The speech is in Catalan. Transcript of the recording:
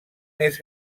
més